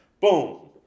Boom